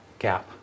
Gap